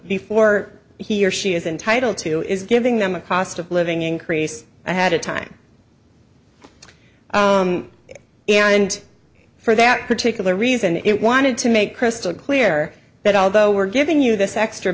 before he or she is entitled to is giving them a cost of living increase i had a time and for that particular reason it wanted to make crystal clear that although we're giving you this extra